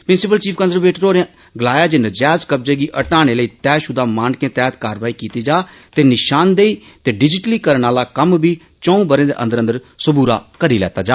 principal chief conservator होरें अज्ज गलाया जे नजैज कब्जे गी हटाने लेई तेयशुदा मानकें तैहत कारवाई कीती जा ते निशानदेई ते डिटलीकरण आला कम्म बी चौंऊ बरें दे अंदर अंदर सबूरा करी लैता जा